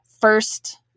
first